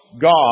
God